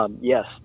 Yes